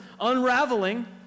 unraveling